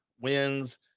wins